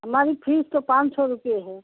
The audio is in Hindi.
हमारी फीस तो पाँच सौ रुपये है